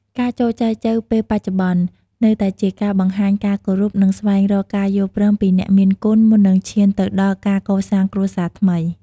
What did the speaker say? ការចូលចែចូវពេលបច្ចុប្បន្ន នៅតែជាការបង្ហាញការគោរព និងស្វែងរកការយល់ព្រមពីអ្នកមានគុណមុននឹងឈានទៅដល់ការកសាងគ្រួសារថ្មី។